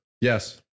Yes